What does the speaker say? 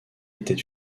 était